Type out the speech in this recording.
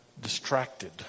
distracted